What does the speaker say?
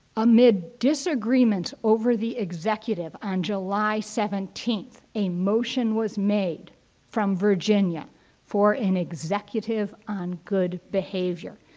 a mid-disagreement over the executive on july seventeenth, a motion was made from virginia for an executive on good behavior.